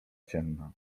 ciemna